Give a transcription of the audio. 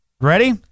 Ready